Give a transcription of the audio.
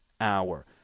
hour